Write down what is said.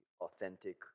authentic